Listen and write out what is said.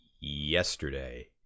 yesterday